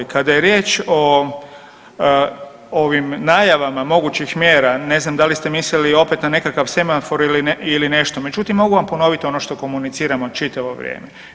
Kada je riječ o ovim najavama mogućih mjera, ne znam da li ste mislili opet na nekakav semafor ili nešto, međutim, mogu vam ponoviti ono što komuniciramo čitavo vrijeme.